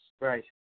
Right